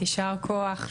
יישר כוח,